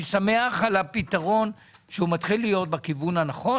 אני שמח על הפתרון שהוא מתחיל להיות בכיוון הנכון,